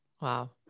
Wow